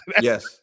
Yes